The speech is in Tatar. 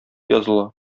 языла